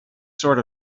sort